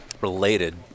related